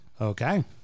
Okay